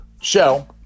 show